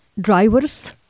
drivers